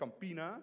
Campina